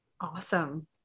Awesome